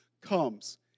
comes